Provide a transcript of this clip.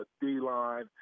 D-line